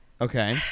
Okay